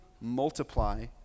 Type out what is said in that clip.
multiply